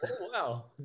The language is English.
Wow